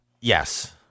yes